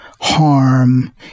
harm